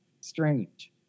strange